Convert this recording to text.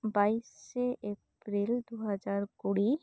ᱵᱮᱭᱤᱥᱮ April ᱫᱩ ᱦᱟᱡᱟᱨ ᱠᱩᱲᱤ